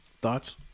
Thoughts